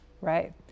right